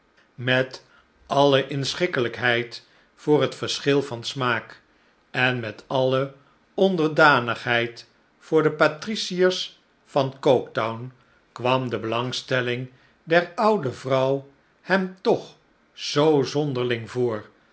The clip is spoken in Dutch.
met alle inschikkelijkheid voor het verschil van smaak en met alle onderdanigheid voor de patriciers van coketown kwam de belangstelling der oude vrouw hem toch zoo zonderling voor